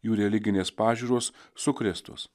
jų religinės pažiūros sukrėstos